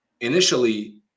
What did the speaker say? initially